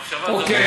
מחשבה, אוקיי.